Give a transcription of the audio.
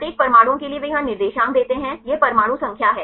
प्रत्येक परमाणुओं के लिए वे यहां निर्देशांक देते हैं यह परमाणु संख्या है